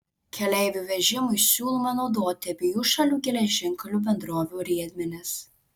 keleivių vežimui siūloma naudoti abiejų šalių geležinkelių bendrovių riedmenis